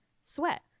sweat